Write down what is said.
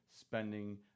spending